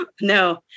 No